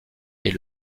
est